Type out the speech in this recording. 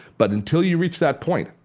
but until you reached that point,